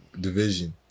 division